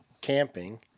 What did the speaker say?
camping